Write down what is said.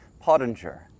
Pottinger